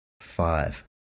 five